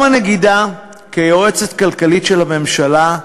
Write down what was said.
גם הנגידה, כיועצת כלכלית של הממשלה,